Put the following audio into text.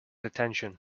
attention